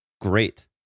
great